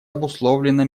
обусловлено